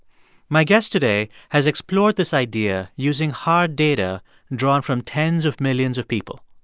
my guest today has explored this idea using hard data and drawn from tens of millions of people.